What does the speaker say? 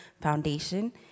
Foundation